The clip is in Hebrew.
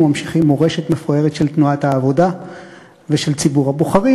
וממשיכים מורשת מפוארת של תנועת העבודה ושל ציבור הבוחרים,